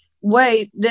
wait